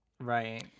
Right